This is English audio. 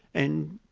and